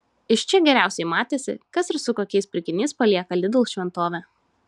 iš čia geriausiai matėsi kas ir su kokiais pirkiniais palieka lidl šventovę